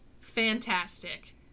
fantastic